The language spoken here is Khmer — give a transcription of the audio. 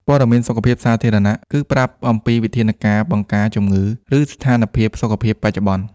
ព័ត៌មានសុខភាពសាធារណៈគឺប្រាប់ អំពីវិធានការបង្ការជំងឺ ឬស្ថានភាពសុខភាពបច្ចុប្បន្ន។